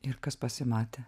ir kas pasimatė